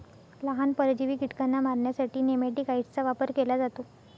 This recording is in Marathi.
लहान, परजीवी कीटकांना मारण्यासाठी नेमॅटिकाइड्सचा वापर केला जातो